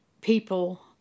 people